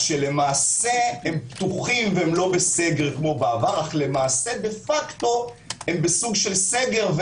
שלמעשה הם פתוחים ולא בסגר כמו בעבר אבל דה פקטו הם בסוג של סגר,